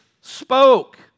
spoke